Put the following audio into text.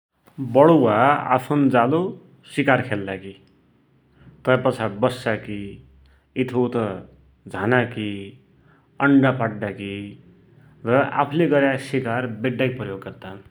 बडुवा आफुन जालो शिकार खेल्लाकी, तै पाछा बस्साकी, इथउथ झानाकी, अण्डा पाड्डाकि लै आफ़्ले गर्या शिकार बेड्डाकि प्रयोग गद्दान ।